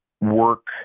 work